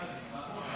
להעביר